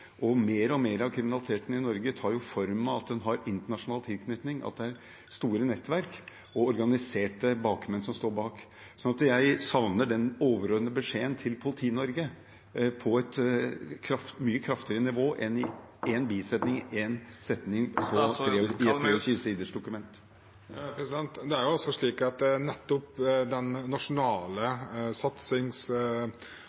og mer og mer av kriminaliteten i Norge tar form av at den har internasjonal tilknytning, at det er store nettverk og organiserte bakmenn. Så jeg savner den overordnede beskjeden til Politi-Norge på et mye kraftigere nivå enn i en bisetning i en setning i et 23 siders dokument. Nettopp den nasjonale satsingen er jo